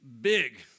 big